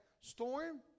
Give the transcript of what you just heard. storm